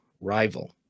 rival